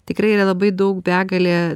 tikrai yra labai daug begalė